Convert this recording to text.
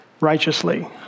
Righteously